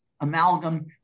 amalgam